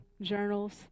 journals